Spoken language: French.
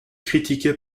critiqué